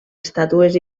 estàtues